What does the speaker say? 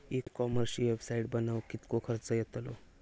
E कॉमर्सची website बनवक किततो खर्च येतलो?